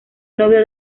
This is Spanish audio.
novio